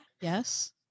Yes